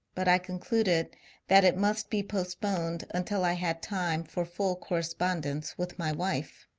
but i concluded that it must be postponed until i had time for full correspondence with my wife.